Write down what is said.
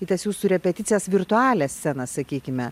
į tas jūsų repeticijas virtualią sceną sakykime